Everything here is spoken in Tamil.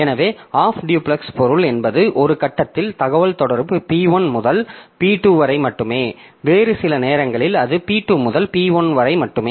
எனவே ஆஃப் டியூப்லெக்ஸ் பொருள் என்பது ஒரு கட்டத்தில் தகவல் தொடர்பு P1 முதல் P2 வரை மட்டுமே வேறு சில நேரங்களில் அது P2 முதல் P1 வரை மட்டுமே